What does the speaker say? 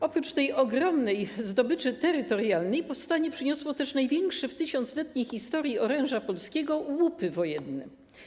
Oprócz tej ogromnej zdobyczy terytorialnej powstanie przyniosło też największe w 1000-letniej historii oręża polskiego łupy wojenne.